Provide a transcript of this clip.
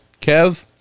kev